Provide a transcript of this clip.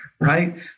right